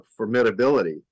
formidability